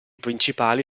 principali